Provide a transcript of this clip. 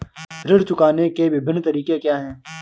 ऋण चुकाने के विभिन्न तरीके क्या हैं?